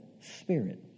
spirit